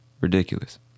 Ridiculous